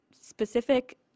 specific